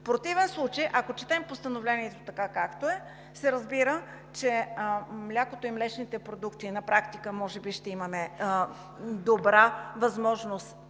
В противен случай, ако четем Постановлението така, както е, се разбира, че млякото и млечните продукти на практика може би ще имаме добра възможност